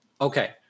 Okay